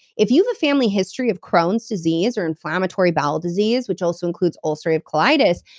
if you have a family history of crohn's disease, or inflammatory bowel disease, which also includes ulcerative colitis,